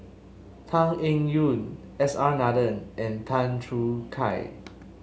Tan Eng Yoon S R Nathan and Tan Choo Kai